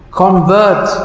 convert